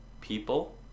people